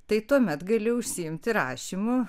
tai tuomet gali užsiimti rašymu